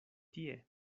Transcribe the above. tie